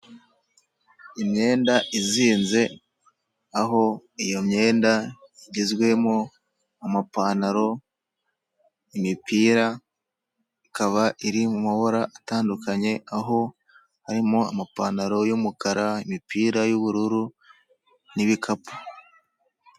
Imyenda izinze aho iyo myenda igizwemo amapantaro, imipira ikaba iri mu mabara atandukanye aho harimo amapantaro y’ umukara, imipira y'ubururu n' ibikapu.